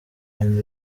and